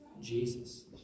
Jesus